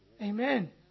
Amen